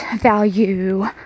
value